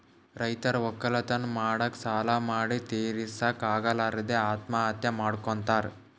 ರೈತರ್ ವಕ್ಕಲತನ್ ಮಾಡಕ್ಕ್ ಸಾಲಾ ಮಾಡಿ ತಿರಸಕ್ಕ್ ಆಗಲಾರದೆ ಆತ್ಮಹತ್ಯಾ ಮಾಡ್ಕೊತಾರ್